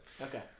Okay